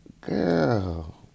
Girl